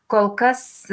kol kas